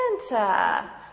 Santa